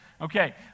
okay